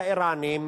והאירנים,